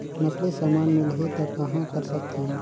नकली समान मिलही त कहां कर सकथन?